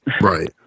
right